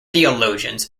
theologians